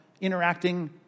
interacting